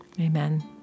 Amen